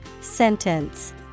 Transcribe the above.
Sentence